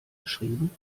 geschrieben